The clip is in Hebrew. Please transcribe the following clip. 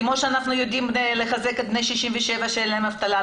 כמו שאנחנו יודעים לחזק את בני 67 שאין להם אבטלה,